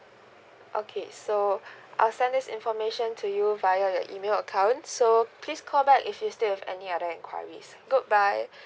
okay so I'll send this information to you via your email account so please call back if you still have any other enquiries good bye